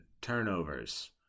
turnovers